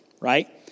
right